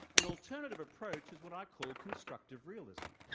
an alternative approach is what i call constructive realism